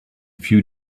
few